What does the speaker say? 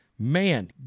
Man